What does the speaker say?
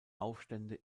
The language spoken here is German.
aufstände